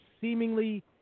seemingly